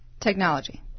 Technology